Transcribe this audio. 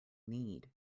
need